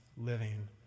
living